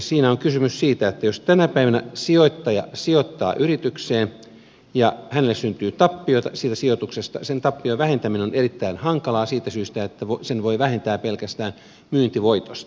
siinä on kysymys siitä että jos tänä päivänä sijoittaja sijoittaa yritykseen ja hänelle syntyy tappiota siitä sijoituksesta sen tappion vähentäminen on erittäin hankalaa siitä syystä että sen voi vähentää pelkästään myyntivoitosta